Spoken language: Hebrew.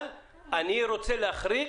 אבל אני רוצה להחריג